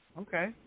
Okay